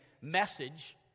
message